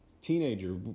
teenager